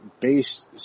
based